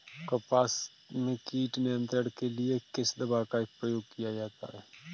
कपास में कीट नियंत्रण के लिए किस दवा का प्रयोग किया जाता है?